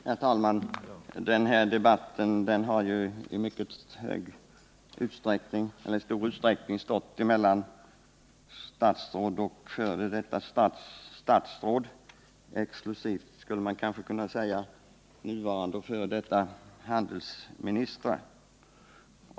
Herr talman! Den här debatten har i mycket stor utsträckning stått emellan statsråd och f. d. statsråd; exklusivt skulle man kunna säga nuvarande och f. d. handelsministrar.